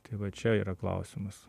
tai va čia yra klausimas